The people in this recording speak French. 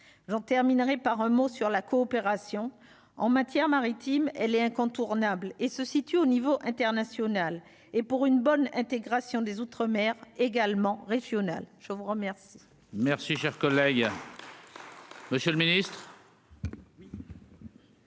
j'en terminerai par un mot sur la coopération en matière maritime, elle est incontournable et se situe au niveau international et pour une bonne intégration des Outre-mer également régionale, je vous remercie.